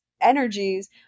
energies